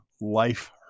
Life